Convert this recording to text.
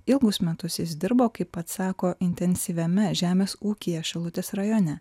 ilgus metus jis dirbo kaip pats sako intensyviame žemės ūkyje šilutės rajone